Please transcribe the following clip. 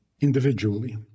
individually